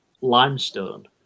Limestone